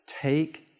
take